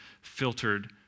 filtered